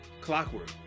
clockwork